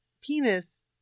penis